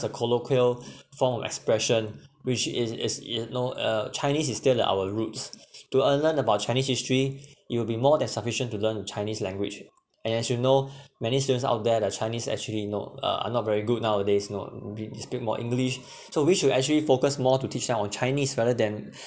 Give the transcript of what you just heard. the colloquial form of expression which is is you know uh chinese is still the our roots to uh learn about chinese history it will be more than sufficient to learn the chinese language and as you know many students out there the chinese actually know uh are not very good nowadays you know they they speak more english so we should actually focus more to teach them on chinese rather than